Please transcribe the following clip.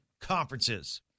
conferences